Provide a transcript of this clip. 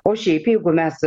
o šiaip jeigu mes